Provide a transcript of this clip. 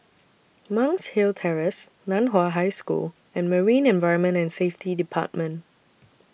Monk's Hill Terrace NAN Hua High School and Marine Environment and Safety department